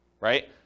right